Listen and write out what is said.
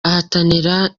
ahatanira